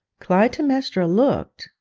clytemnestra looked,